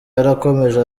yarakomeje